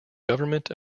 government